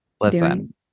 Listen